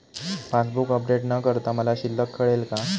Passbook update न करता मला शिल्लक कळेल का?